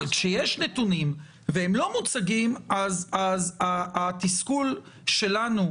אבל כשיש נתונים והם לא מוצגים אז התסכול שלנו,